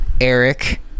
Eric